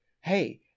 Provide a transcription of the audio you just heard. hey